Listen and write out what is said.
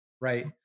right